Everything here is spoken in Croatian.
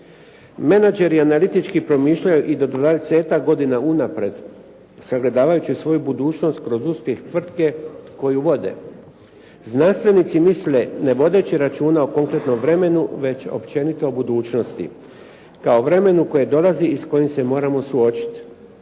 Menađeri analitički promišljaju i do dvadesetak godina unaprijed sagledavajući svoju budućnost kroz uspjeh tvrtke koju vode. Znanstvenici misle ne vodeći računa o konkretnom vremenu već općenito o budućnosti kao vremenu koje dolazi i s kojim se moramo suočiti.